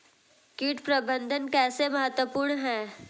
कीट प्रबंधन कैसे महत्वपूर्ण है?